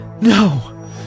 No